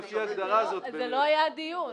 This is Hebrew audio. זה לא היה הדיון,